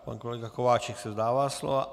Pan kolega Kováčik se vzdává slova.